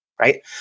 right